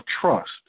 trust